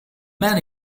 man